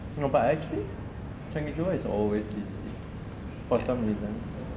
but I think is always busy for some reason